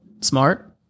smart